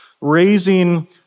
raising